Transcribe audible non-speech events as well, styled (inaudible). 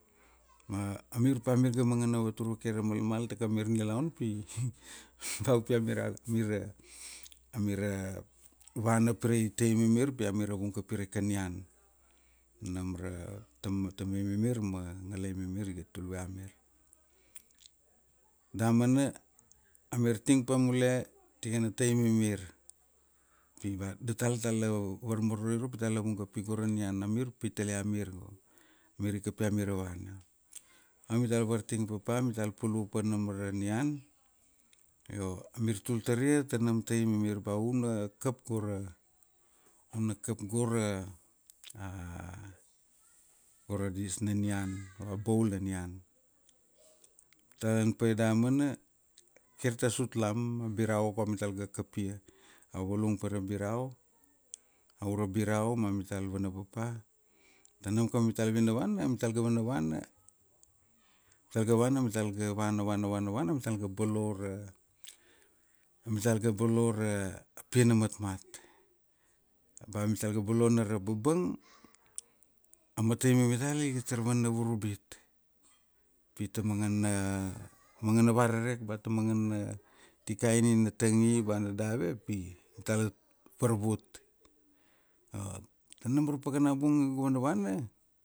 (hesitation) A mir pa mir ga mangana vatur vake ra malmal ta kamamir nilaun pi, (noise) ba upi amira, amira vana pirai tai mamir pi amira vung kapi raika nian. Nam ra, tamai mamir ma ngalai mamir iga tulue amir. Damana, amir ting pa mule tikana tai mimir. Pi ba datal tala varmororoi ka pi datala vung kapi go ra nian. Amir paitale amir go mir ika pi amira vana. Amital varting papa, amital pulu pa nam ra nian, io, amir tul taria tana m tai mamir. Ba u na kap go ra, una kap go ra, (hesitation) go ra dish na nian. Go ra boul na nian. Tal ang paia daman, kir ta sutlam. A birau ka amital ga kapia. Iau vailung pa ra birau, aura birau ma mital vana papa. Tanam kama mital vinavana amital ga vanavana, mital ga vana mita ga vana vana vana vana vana a mitla ga bolo ra, amital ga bolo ra, a pia na matmat. Ba mital ga bolo na ra babang, a matai mamital iga tar vana vurbit. Pi ta mangana varerek ba ta mangana, tikai nina tangi ba na dave, pi amital la varvut. Io, tanam ra pakana bung ave ga vanavana